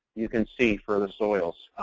you can see, for the soils.